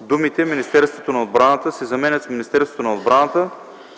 думите „Министерството на отбраната” се заменят с „Министерството на отбраната,